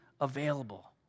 available